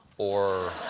or